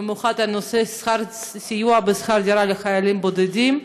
במיוחד לסיוע בשכר דירה לחיילים בודדים,